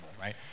right